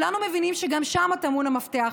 וכולנו מבינים שגם שם טמון המפתח.